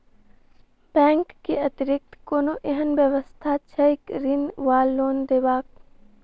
Bank केँ अतिरिक्त कोनो एहन व्यवस्था छैक ऋण वा लोनदेवाक?